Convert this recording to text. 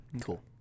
Cool